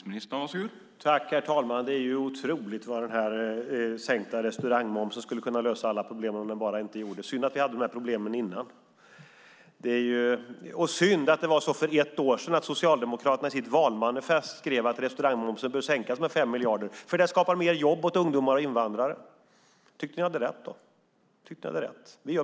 Herr talman! Det är otroligt vad den sänkta restaurangmomsen skulle kunna lösa alla problem om den bara inte gjordes. Då är det synd att vi hade dessa problem innan och att Socialdemokraterna i sitt valmanifest skrev att restaurangmomsen bör sänkas med 5 miljarder för att det skapar mer jobb åt ungdomar och invandrare. Vi tycker att ni hade rätt.